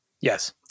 Yes